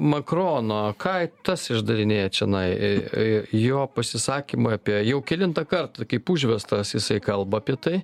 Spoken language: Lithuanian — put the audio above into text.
makrono ką tas išdarinėja čionai e e jo pasisakymą apie jau kelintą kartą kaip užvestas jisai kalba apie tai